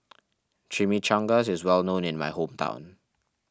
Chimichangas is well known in my hometown